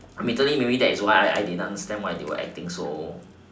immediately maybe that is why I didn't understand why they were acting so